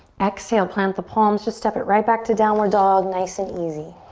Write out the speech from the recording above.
exhale, plant the palms, just step it right back to downward dog, nice and easy.